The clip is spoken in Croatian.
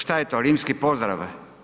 Šta je to, rimski pozdrav?